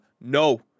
no